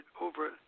over